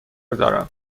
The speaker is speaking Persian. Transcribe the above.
دارم